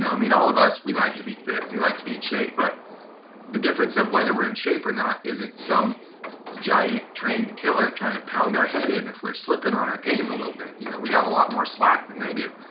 mean all of us, we like to be fit and we like to be in shape, but the difference of whether we're in shape or not isn't some giant trained killer kind of pound our head in if we're slipping in our game a little bit you know we got a lot more slack then they do,